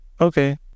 Okay